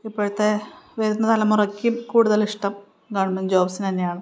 ഇപ്പോഴത്തെ വരുന്ന തലമുറയ്ക്കും കൂടുതൽ ഇഷ്ടം ഗവൺമെൻ്റ് ജോബ്സിനെ തന്നെയാണ്